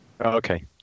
okay